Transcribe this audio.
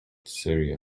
cereal